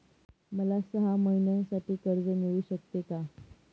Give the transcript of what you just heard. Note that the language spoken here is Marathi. मला सहा महिन्यांसाठी कर्ज मिळू शकते का?